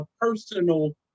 personal